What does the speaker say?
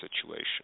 situation